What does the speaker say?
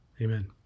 Amen